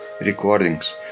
recordings